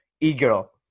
E-girl